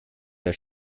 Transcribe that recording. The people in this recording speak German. das